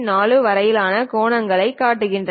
4 வரையிலான கோணங்கள் காட்டுகின்றன